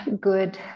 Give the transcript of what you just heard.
good